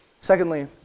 Secondly